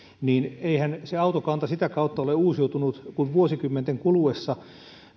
niin eihän se autokanta sitä kautta ole uusiutunut kuin vuosikymmenten kuluessa